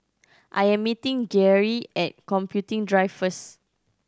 I am meeting Geary at Computing Drive first